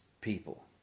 people